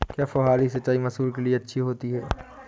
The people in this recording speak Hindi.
क्या फुहारी सिंचाई मसूर के लिए अच्छी होती है?